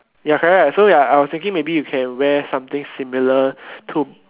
ya correct right so ya I was thinking maybe you can wear something similar to